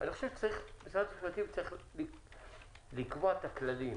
חושב שמשרד המשפטים צריך לקבוע את הכללים,